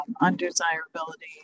undesirability